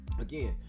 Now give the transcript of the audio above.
Again